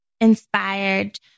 inspired